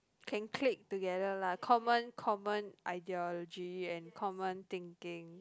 can click together lah common common ideology and common thinking